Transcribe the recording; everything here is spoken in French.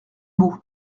beau